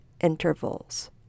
intervals